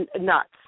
nuts